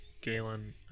Galen